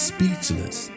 Speechless